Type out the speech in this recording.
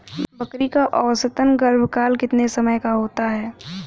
बकरी का औसतन गर्भकाल कितने समय का होता है?